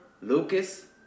Lucas